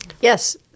Yes